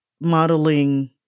modeling